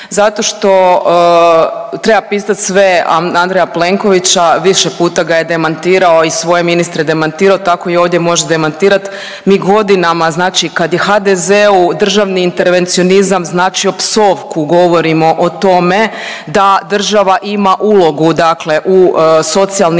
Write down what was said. zato što pitat sve Andreja Plenkovića više puta ga je demantirao i svoje ministre demantirao tako i ovdje može demantirat. Mi godinama kad je HDZ-u državni intervencionizam značio psovku govorimo o tome da država ima ulogu u socijalnim politikama